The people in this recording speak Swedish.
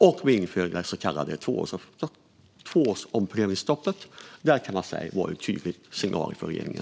Och vi införde det så kallade tvåårsomprövningsstoppet, som man kan säga var en tydlig signal från regeringen.